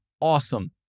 awesome